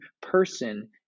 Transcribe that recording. person